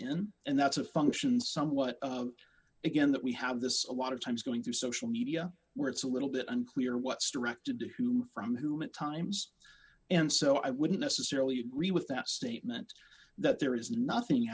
in and that's a function somewhat again that we have this a lot of times going through social media where it's a little bit unclear what's directed to whom from whom and times and so i wouldn't necessarily agree with that statement that there is nothing